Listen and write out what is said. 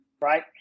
right